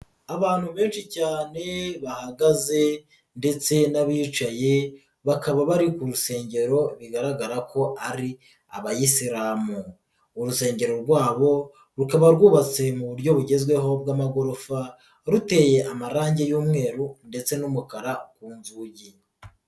Abantu benshi cyane bahagaze ndetse n'abicaye bakaba bari ku rusengero bigaragara ko ari Abayisilamu, urusengero rwabo rukaba rwubatswe mu buryo bugezweho bw'amagorofa ruteye amarangi y'umweru ndetse n'umukara ku nzugi.